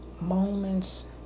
moments